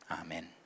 amen